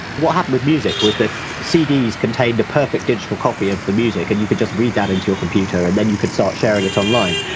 what happened with music was that cds contain the perfect digital copy of the music and you could just read that into a computer and then you could start sharing it online.